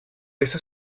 esas